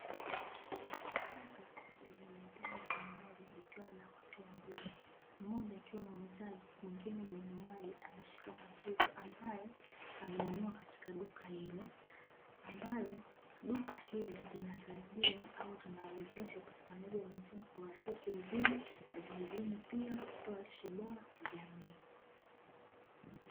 Duka lenye bidhaa mbalimbali likiwa na watu wawili, mmoja akiwa muuzaji mwingine mnunuaji, ameshika maziwa ambayo amenunua katika duka hilo, ambapo duka hilo linasaidia au linawezesha upatikanaji wa maziwa kwa urahisi mjini na vijijini, pia kutoa lishe bora kwa jamii.